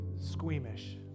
squeamish